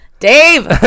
Dave